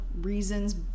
reasons